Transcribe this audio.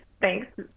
Thanks